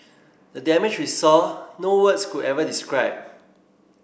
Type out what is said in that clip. the damage we saw no words could ever describe